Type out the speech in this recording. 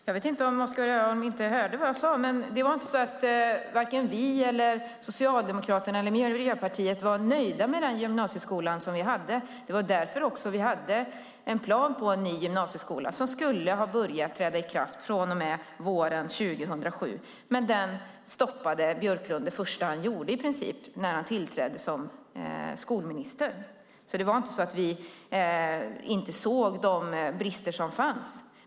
Fru talman! Jag vet inte om Oskar Öholm hörde vad jag sade. Men varken vi eller Socialdemokraterna eller Miljöpartiet var nöjda med den gymnasieskola som vi hade. Det var därför som vi hade en plan på en ny gymnasieskola som skulle ha trätt i kraft från och med våren 2007. Men den stoppade Björklund det första han gjorde, i princip, när han tillträdde som skolminister. Det var alltså inte så att vi inte såg de brister som fanns.